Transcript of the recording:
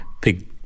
Big